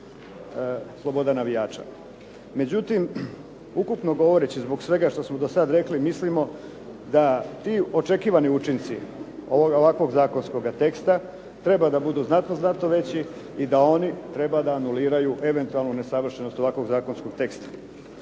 Međutim, ukupno govoreći zbog svega što smo do sada rekli, mislim da ti očekivani učinci ovoga zakonskoga teksta treba da budu znatno veći i da oni treba da anuliraju eventualnu nesavršenost ovakvog zakonskog teksta.